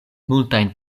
multajn